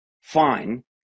fine